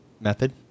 method